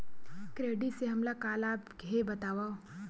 Credit से हमला का लाभ हे बतावव?